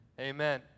Amen